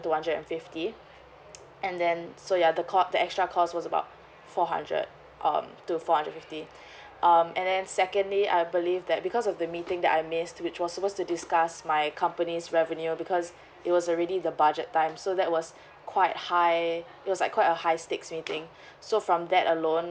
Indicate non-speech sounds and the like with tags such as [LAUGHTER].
two hundred and fifty and then so ya the co~ the extra cost was about four hundred um to four hundred fifty um and then secondly I believe that because of the meeting that I missed which was supposed to discuss my company's revenue because it was already the budget time so that was quite high it was like quite a high stakes meeting [BREATH] so from that alone